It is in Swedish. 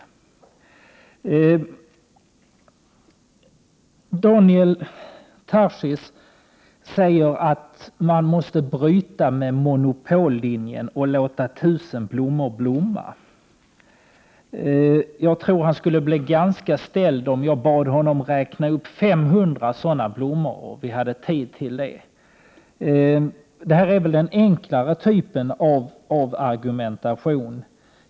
Daniel Tarschys sade att man måste bryta med monopollinjen och låta tusen blommor blomma. Jag tror att han skulle bli ganska ställd om jag bad honom räkna upp 500 sådana blommor. Hans argumentation är av den enklare typen.